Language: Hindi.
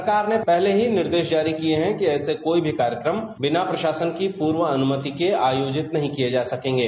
सरकार ने पहले ही निर्देश जारी किए हैं कि ऐसे कोई भी कार्यक्रम बिना प्रशासन की प्रर्व अनुमति के आयोजित नहीं किए जा सकेंगे